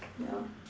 yeah